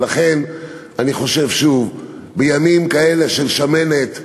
ולכן אני חושב, שוב, בימים כאלה של שמנת,